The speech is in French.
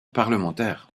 parlementaire